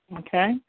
okay